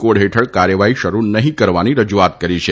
code હેઠળ કાર્યવાહી શરુ નહીં કરવાની રજુઆત કરી છે